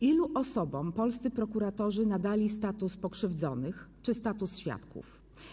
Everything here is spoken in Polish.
Ilu osobom polscy prokuratorzy nadali status pokrzywdzonych lub status świadków?